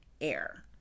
air